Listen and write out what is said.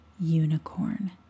unicorn